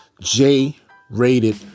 J-rated